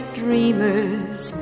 dreamers